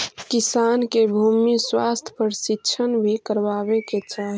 किसान के भूमि स्वास्थ्य परीक्षण भी करवावे के चाहि